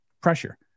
pressure